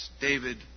David